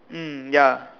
mm ya